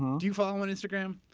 do you follow him on instagram?